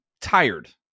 tired